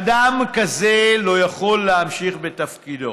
אדם כזה לא יכול להמשיך בתפקידו.